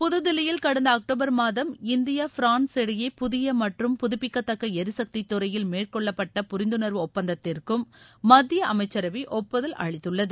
புதுதில்லியில் கடந்த அக்டோபர் மாதம் இந்தியா பிரான்ஸ் இடையே புதிய மற்றும் புதுப்பிக்கத்தக்க எரிசக்தி துறையில் மேற்கொள்ளப்பட்ட புரிந்துணர்வு ஒப்பந்தத்திற்கும் மத்திய அமச்சரவை ஒப்புதல் அளித்துள்ளது